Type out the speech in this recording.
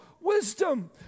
wisdom